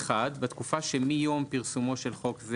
(1) בתקופה שמיום פרסומו של חוק זה